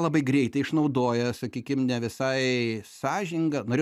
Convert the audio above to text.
labai greitai išnaudoja sakykim ne visai sąžiningą norėjau